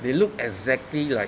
they look exactly like